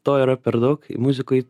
to yra per daug muzikoj